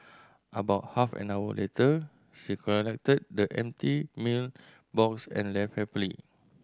about half an hour later she collected the empty meal box and left happily